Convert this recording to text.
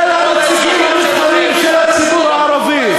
הנציגים הנבחרים של הציבור הערבי.